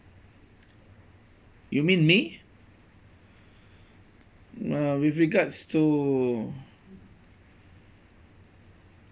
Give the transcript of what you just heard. you mean me uh with regards to